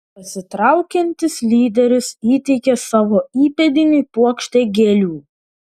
pasitraukiantis lyderis įteikė savo įpėdiniui puokštę gėlių